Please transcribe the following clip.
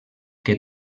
que